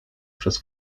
przez